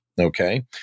Okay